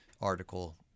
article—